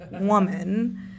woman